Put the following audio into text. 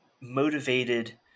motivated